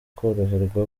koroherwa